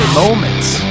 moments